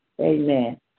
amen